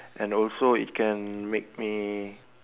and also it can make me